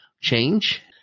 change